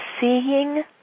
seeing